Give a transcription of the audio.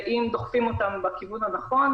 ואם דוחפים אותם בכיוון הנכון,